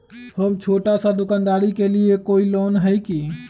हम छोटा सा दुकानदारी के लिए कोई लोन है कि?